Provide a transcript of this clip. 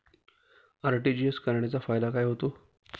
RTGS करण्याचा फायदा काय होतो?